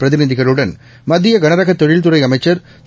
பிரதிநிதிகளுடன் மத்தியகனரகதொழில்துறைஅமைச்சா் திரு